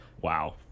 Wow